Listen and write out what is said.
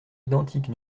identiques